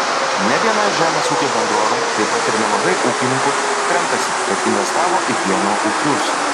ne viena žemės ūkio bendrovė taip pat ir nemažai ūkininkų kremtasi kad investavo į pieno ūkius